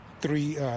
three